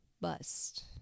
bust